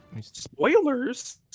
spoilers